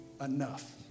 enough